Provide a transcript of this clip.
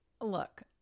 Look